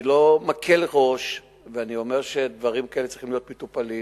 אני לא מקל ראש ואני אומר שדברים כאלה צריכים להיות מטופלים.